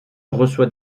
reçoit